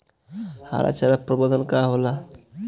हरा चारा प्रबंधन का होला?